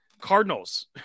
Cardinals